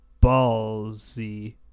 ballsy